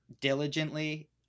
diligently